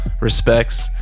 Respects